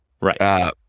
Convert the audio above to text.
Right